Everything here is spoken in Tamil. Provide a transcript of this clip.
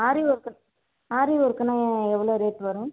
ஆரி ஒர்க்கு ஆரி ஒர்க்குன்னா எ எவ்வளோ ரேட் வரும்